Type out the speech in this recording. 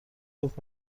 گفت